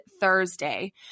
Thursday